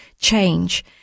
change